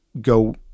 go